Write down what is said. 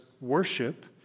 worship